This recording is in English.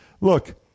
Look